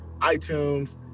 iTunes